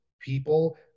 people